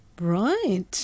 right